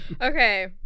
Okay